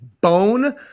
bone